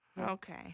Okay